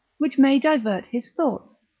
which may divert his thoughts,